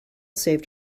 saved